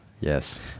Yes